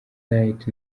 night